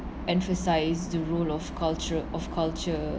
emphasise the role of culture of culture